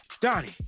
Donnie